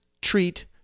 treat